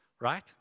right